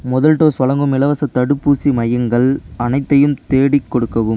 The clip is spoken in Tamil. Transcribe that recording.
முதல் டோஸ் வழங்கும் இலவசத் தடுப்பூசி மையங்கள் அனைத்தையும் தேடிக் கொடுக்கவும்